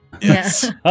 Yes